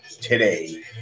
today